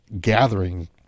gathering